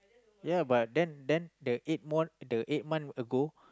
yeah but then then the eight more the eight month ago